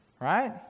Right